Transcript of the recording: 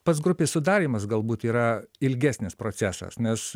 pats grupės sudarymas galbūt yra ilgesnis procesas nes